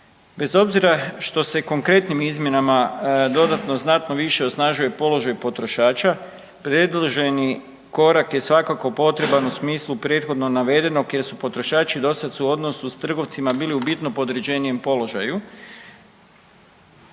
Bez obzira što se konkretnim izmjenama dodatno znatno više osnažuje položaj potrošača predloženi korak je svakako potreban u smislu prethodno navedenog jer su potrošači dosada u odnosu s trgovcima bili u bitno podređenijem položaju